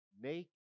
Make